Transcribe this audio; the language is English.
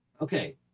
okay